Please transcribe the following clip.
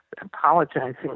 apologizing